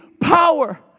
power